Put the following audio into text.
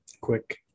Quick